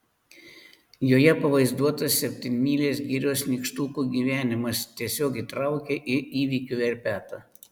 joje pavaizduotas septynmylės girios nykštukų gyvenimas tiesiog įtraukė į įvykių verpetą